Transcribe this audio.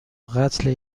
قتل